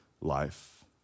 life